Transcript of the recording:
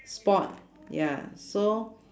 sport ya so